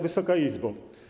Wysoka Izbo!